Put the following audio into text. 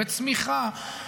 וצמיחה.